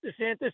DeSantis